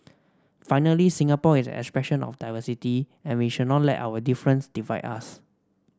finally Singapore is an expression of diversity and we should not let our difference divide us